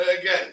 again